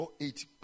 eight